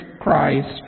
Christ